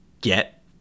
get